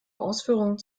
ausführungen